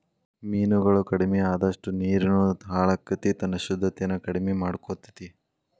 ಮೇನುಗಳು ಕಡಮಿ ಅಅದಷ್ಟ ನೇರುನು ಹಾಳಕ್ಕತಿ ತನ್ನ ಶುದ್ದತೆನ ಕಡಮಿ ಮಾಡಕೊತತಿ